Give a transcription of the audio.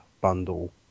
bundle